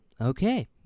Okay